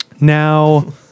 Now